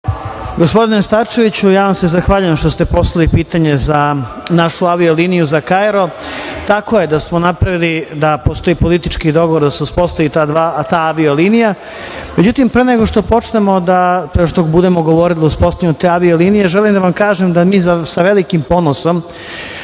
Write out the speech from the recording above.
Gospodine Starčeviću, ja vam se zahvaljujem što ste postavili pitanje za našu avio liniju za Kairo. Tako je da postoji politički dogovor da se uspostavi ta avio linija.Međutim, pre nego što budemo govorili o uspostavljanju te avio linije, želim da vam kažem da mi sa velikim ponosom